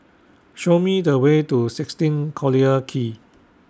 Show Me The Way to sixteen Collyer Quay